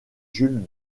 jules